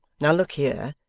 now look here.